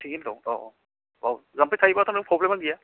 थिगैनो दं औ औ औ जाम्फै थायोबाथ' नों फ्रबलेमानो गैया